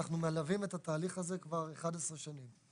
אנחנו מלווים את התהליך הזה כבר 11 שנים.